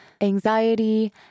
anxiety